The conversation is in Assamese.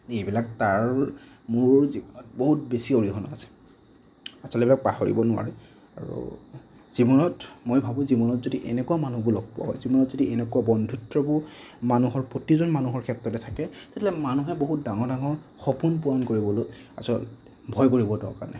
এইবিলাক তাৰ মোৰ জীৱনত বহুত বেছি অৰিহনা আছে আচলতে এইবিলাক পাহৰিব নোৱাৰি আৰু জীৱনত মই ভাবোঁ জীৱনত যদি এনেকুৱা মানুহবোৰ লগ পোৱা হয় জীৱনত যদি এনেকুৱা বন্ধুত্ববোৰ মানুহৰ প্ৰতিজন মানুহৰ ক্ষেত্ৰতে থাকে তেতিয়াহ'লে মানুহে বহুত ডাঙৰ ডাঙৰ সপোন পূৰণ কৰিবলৈ আচলতে ভয় কৰিব দৰকাৰ নাই